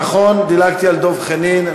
נכון, דילגתי על דב חנין.